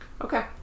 Okay